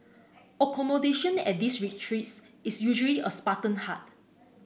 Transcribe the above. accommodation at these retreats is usually a Spartan hut